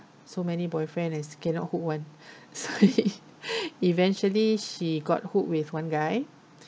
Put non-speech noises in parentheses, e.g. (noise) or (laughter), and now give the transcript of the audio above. so many boyfriend is cannot hook [one] (laughs) sorry eventually she got hooked with one guy